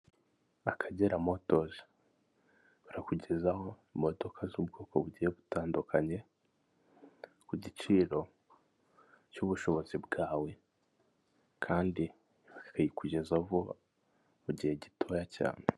Akagera motozi barakugezaho imodoka z'ubwoko bugiye butandukanye ku giciro cy'ubushobozi bwawe kandi bakayikugezaho mu gihe gitoya cyane.